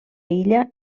illa